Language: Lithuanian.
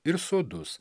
ir sodus